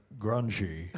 grungy